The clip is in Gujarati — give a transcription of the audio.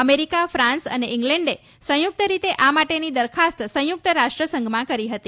અમેરીકા ફાંસ અને ઈંગ્લેન્ડે સંયુક્ત રીતે આ માટેની દરખાસ્ત સંયુક્ત રાષ્ટ્રસંઘમાં કરી હતી